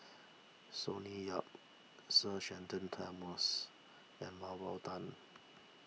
Sonny Yap Sir Shenton Thomas and Mah Bow Tan